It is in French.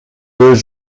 deux